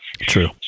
True